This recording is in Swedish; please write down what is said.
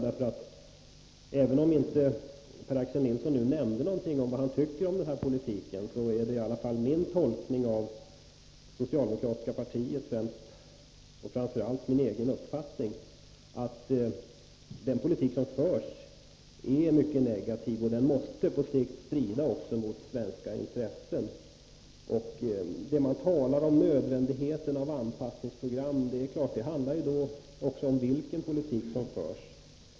Även om inte Per-Axel Nilsson nämnde vad han tycker om den politiken är ändå min tolkning av det socialdemokratiska partiets mening, och framför allt är det min egen uppfattning, att den politik som har förts är mycket negativ. Den måste också på sikt strida mot svenska intressen. Det talas här om nödvändigheten av anpassningsprogram, men då är ju frågan vilken politik som förs.